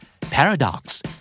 Paradox